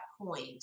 point